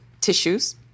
tissues